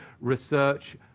research